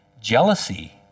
Jealousy